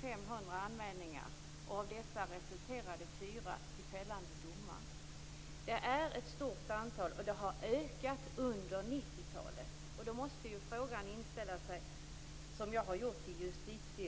500 anmälningar. Av dessa resulterade fyra i fällande domar. Det är ett stort antal, och det har ökat under 90-talet. Då måste frågan inställa sig: Vad gör vi åt detta?